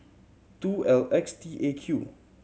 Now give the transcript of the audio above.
two L X T A Q